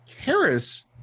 Harris